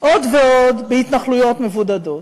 עוד ועוד בהתנחלויות מבודדות.